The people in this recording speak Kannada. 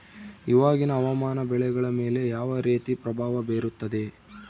ಇವಾಗಿನ ಹವಾಮಾನ ಬೆಳೆಗಳ ಮೇಲೆ ಯಾವ ರೇತಿ ಪ್ರಭಾವ ಬೇರುತ್ತದೆ?